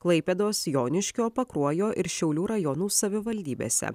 klaipėdos joniškio pakruojo ir šiaulių rajonų savivaldybėse